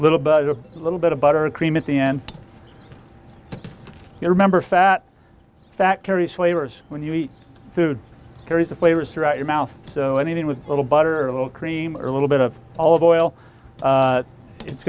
little bit a little bit of butter cream at the end you remember fat fat carries flavors when you eat foods carries a flavor throughout your mouth so anything with a little butter or a little cream or little bit of olive oil it's